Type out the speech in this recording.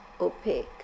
opaque